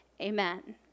amen